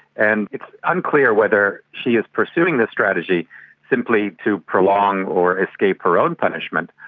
and it's unclear whether she is pursuing this strategy simply to prolong or escape her own punishment,